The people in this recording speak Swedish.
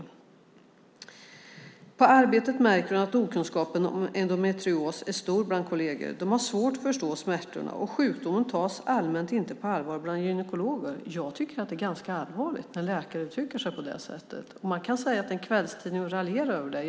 Vidare sägs i artikeln: "På arbetet märker hon att okunskapen om endometrios är stor bland kollegerna. - De har svårt att förstå smärtorna. Och sjukdomen tas allmänt inte på allvar bland gynekologer." Jag tycker att det är ganska allvarligt när en läkare uttrycker sig på det sättet. Man kan raljera över att det är en kvällstidning.